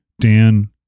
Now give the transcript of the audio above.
Dan